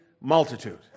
multitude